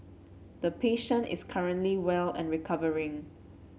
the patient is currently well and recovering